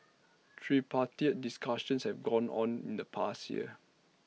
tripartite discussions have gone on in the past year